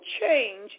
change